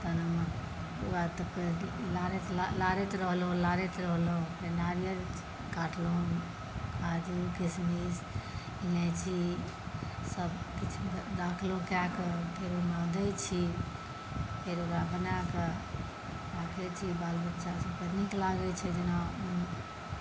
तहन वएह तऽ फेर लाड़ैत रहलहुँ लाड़ैत रहलहुँ नारियल काटलहुँ काजू किशमिश इलाइची सभ किछु राखलहुँ कए कऽ फेर ओहिमे दै छी फेर ओकरा बनाकेँ राखै छी बालबच्चा सभकेँ जेना